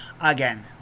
Again